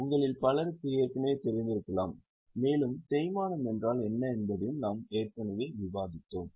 உங்களில் பலருக்கு ஏற்கனவே தெரிந்திருக்கலாம் மேலும் தேய்மானம் என்றால் என்ன என்பதையும் நாம் ஏற்கனவே விவாதித்தோம்